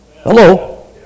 Hello